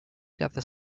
gather